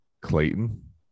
Clayton